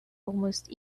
almost